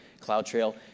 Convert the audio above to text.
CloudTrail